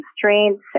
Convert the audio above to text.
constraints